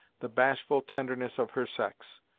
the bashful tenderness of her sex.